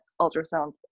ultrasound